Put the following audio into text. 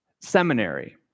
seminary